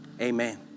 Amen